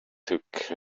took